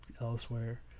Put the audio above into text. elsewhere